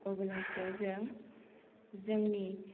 अब्लासो जों जोंनि